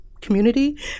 community